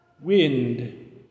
wind